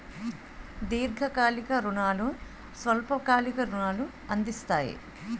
దీర్ఘకాలిక రుణాలు స్వల్ప కాలిక రుణాలు అందిస్తాయి